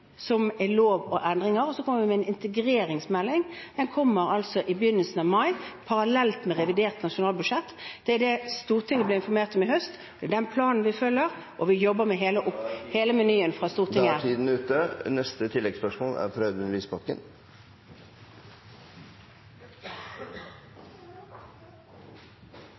og endringer, og så kommer vi med en integreringsmelding. Den kommer i begynnelsen av mai, parallelt med revidert nasjonalbudsjett. Det er det Stortinget ble informert om i høst, det er den planen vi følger, og vi jobber med hele menyen fra Stortinget. Da er tiden ute.